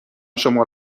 شما